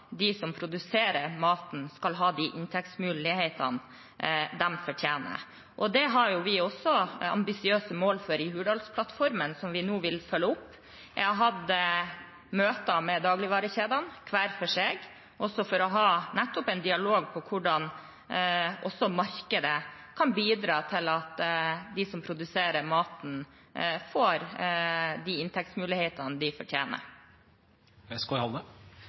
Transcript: de som produserer maten, skal ha de inntektsmulighetene de fortjener. Det har vi også ambisiøse mål for i Hurdalsplattformen, som vi nå vil følge opp. Jeg har hatt møter med dagligvarekjedene hver for seg, også for nettopp å ha en dialog om hvordan også markedet kan bidra til at de som produserer maten, får de inntektsmulighetene de fortjener.